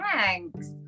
thanks